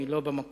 היא לא במקום,